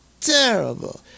terrible